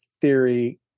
theory